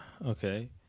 Okay